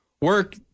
work